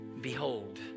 behold